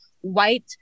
white